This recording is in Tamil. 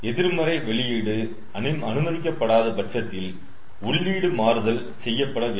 எதிர்மறை வெளியீடு அனுமதிக்கப்படாத பட்சத்தில் உள்ளீடு மாறுதல் செய்யப்பட வேண்டும்